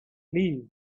please